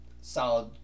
solid